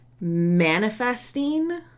manifesting